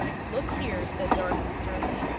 look here! said dorothy, sternly.